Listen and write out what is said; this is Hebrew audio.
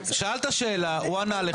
שאלת שאלה, הוא ענה לך.